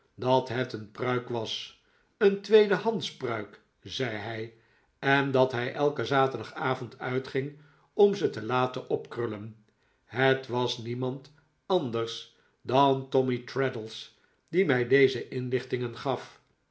dat het een pruik was een tweedehandsch pruik zei hij en dat hij elken zaterdagavond uitging om ze te laten opkrullen het was niemand anders dan tommy traddles die mij deze inlichtingen gaf